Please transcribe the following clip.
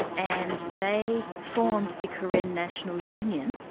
and they formed the karen national union,